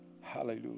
hallelujah